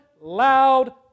loud